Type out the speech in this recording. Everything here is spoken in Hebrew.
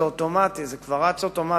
זה רץ אוטומטית.